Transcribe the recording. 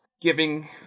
giving